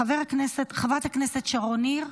חברת הכנסת קארין אלהרר,